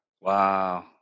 Wow